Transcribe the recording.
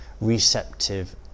receptive